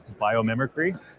biomimicry